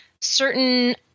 certain